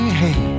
hey